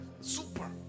super